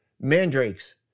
mandrakes